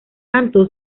tanto